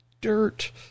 dirt